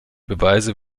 beweise